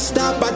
Stop